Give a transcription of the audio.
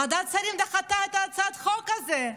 ועדת שרים דחתה את הצעת החוק הזו.